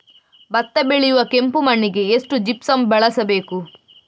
ಭತ್ತ ಬೆಳೆಯುವ ಕೆಂಪು ಮಣ್ಣಿಗೆ ಎಷ್ಟು ಜಿಪ್ಸಮ್ ಬಳಸಬೇಕು?